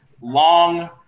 long